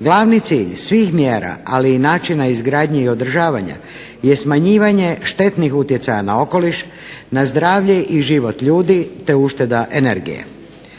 Glavni cilj svih mjera ali i načina izgradnje i održavanja je smanjivanje štetnih utjecaja na okoliš, na zdravlje i život ljudi, te ušteda energije.